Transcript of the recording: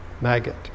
maggot